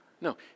No